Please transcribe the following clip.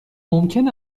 ممکن